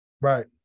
Right